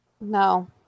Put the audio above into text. No